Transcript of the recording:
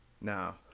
Now